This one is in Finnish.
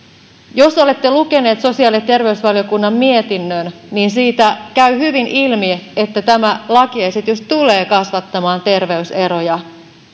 jos olette lukeneet sosiaali ja terveysvaliokunnan mietinnön niin siitä käy hyvin ilmi että tämä lakiesitys tulee kasvattamaan terveyseroja